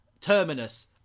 Terminus